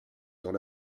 dans